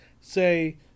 say